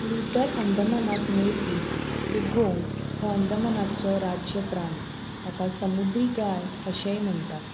little अंदमनात मेळपी dugong हो अंदमनाचो राज्य प्राणी ताका समुद्री गाय अशेंय म्हणटात